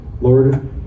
Lord